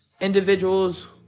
individuals